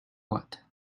what